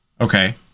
Okay